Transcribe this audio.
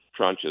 tranches